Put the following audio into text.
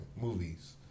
Movies